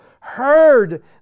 heard